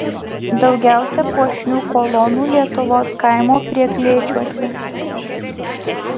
daugiausia puošnių kolonų lietuvos kaimo prieklėčiuose